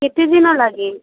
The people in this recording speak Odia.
କେତେ ଦିନ ଲାଗେ